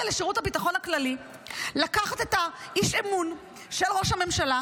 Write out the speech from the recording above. לשירות הביטחון הכללי לקחת את איש האמון של ראש הממשלה,